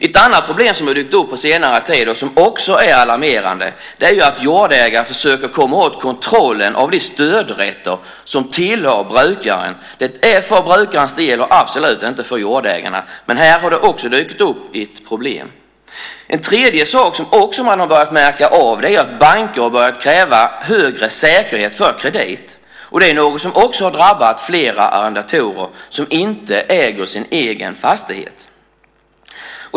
Ett annat problem som har dykt upp på senare tid och som också är alarmerande är att jordägare försöker komma åt kontrollen av de stödrätter som tillhör brukarna. Det är för brukarna och absolut inte för jordägarna. Men här har det också dykt upp ett problem. En tredje sak som man också har börjat märka av är att banker har börjat kräva större säkerhet för kredit. Det är något som också har drabbat flera arrendatorer som inte äger sin egen fastighet.